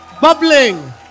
Bubbling